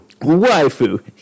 Waifu